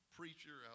preacher